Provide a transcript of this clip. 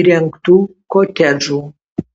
įrengtų kotedžų